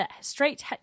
straight